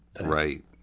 Right